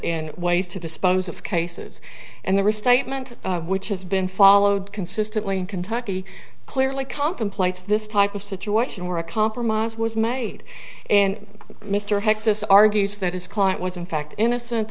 and ways to dispose of cases and the restatement which has been followed consistently kentucky clearly contemplates this type of situation where a compromise was made and mr hecht us argues that his client was in fact innocent